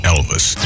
Elvis